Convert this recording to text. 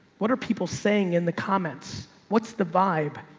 what are people saying in the comments? what's the vibe?